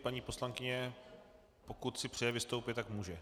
Paní poslankyně, pokud si přeje vystoupit, tak může.